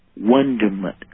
wonderment